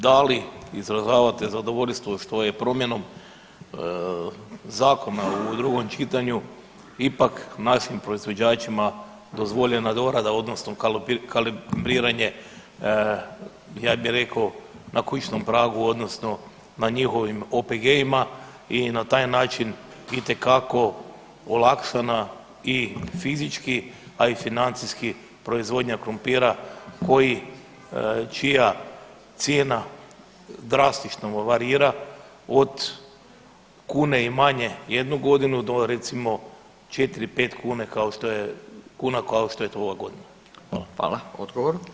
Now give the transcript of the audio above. Da li izražavate zadovoljstvo što je promjenom Zakona u drugom čitanju ipak našim proizvođačima dozvoljena dorada odnosno kalibriranje ja bih rekao na kućnom pragu odnosno na njihovim OPG-ima i na taj način itekako olakšana i fizički a i financijski proizvodnja krumpira koji čija cijena drastično varira od kune i manje jednu godinu do recimo 4, 5 kune kao što je to ova godina?